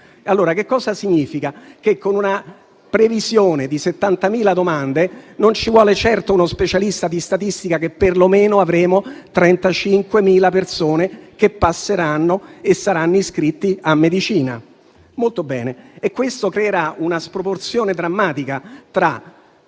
no. Ciò significa che, con una previsione di 70.000 domande, non ci vuole certo uno specialista di statistica per dire che perlomeno 35.000 persone passeranno e saranno iscritte a medicina. Molto bene: questo creerà una sproporzione drammatica tra